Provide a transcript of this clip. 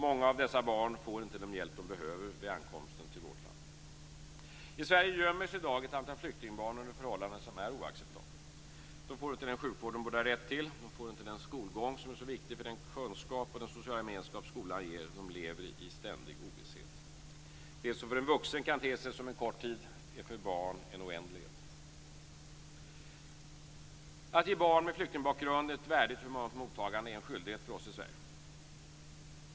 Många av dessa barn får inte den hjälp de behöver vid ankomsten till vårt land. I Sverige gömmer sig i dag ett antal flyktingbarn under förhållanden som är oacceptabla. De får inte den sjukvård de borde ha rätt till, och de får inte den skolgång som är så viktig för den kunskap och den sociala gemenskap skolan ger. De lever i ständig ovisshet. Det som för en vuxen kan te sig som en kort tid är för ett barn en oändlighet. Att ge barn med flyktingbakgrund ett värdigt och humant mottagande är en skyldighet för oss i Sverige.